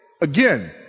again